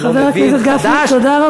לא מבין,